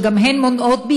שגם הן מונעות,